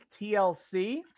TLC